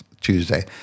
Tuesday